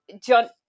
John